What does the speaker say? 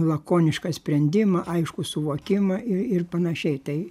lakonišką sprendimą aiškų suvokimą ir panašiai tai